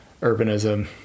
urbanism